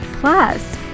Plus